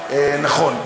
נכון.